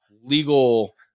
legal